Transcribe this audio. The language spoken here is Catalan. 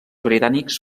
britànics